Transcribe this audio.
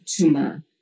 Tuma